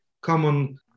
common